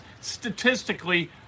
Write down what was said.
statistically